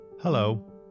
Hello